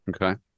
Okay